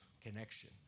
connection